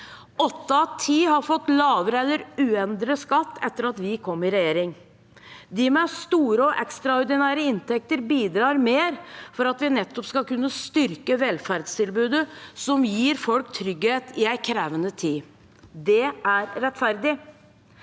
av ti har fått lavere eller uendret skatt etter at vi kom i regjering. De med store og ekstraordinære inntekter bidrar mer for at vi nettopp skal kunne styrke velferdstilbudet som gir folk trygghet i en krevende tid. Det er rettferdig.